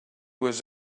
was